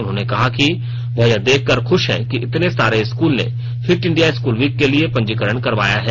उन्होंने कहा कि वह यह देखकर खुश हैं कि इतने सारे स्कूलों ने फिट इंडिया स्कूल वीक के लिए पंजीकरण करवाया है